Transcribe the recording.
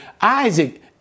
Isaac